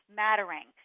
mattering